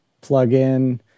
plug-in